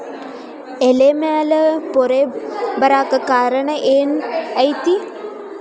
ಎಲೆ ಮ್ಯಾಲ್ ಪೊರೆ ಬರಾಕ್ ಕಾರಣ ಏನು ಐತಿ?